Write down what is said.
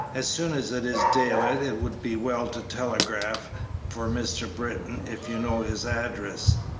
as soon as it is daylight it would be well to telegraph for mr. britton if you know his address,